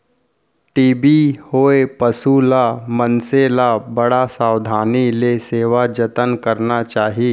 TB होए पसु ल, मनसे ल बड़ सावधानी ले सेवा जतन करना चाही